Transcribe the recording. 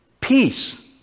peace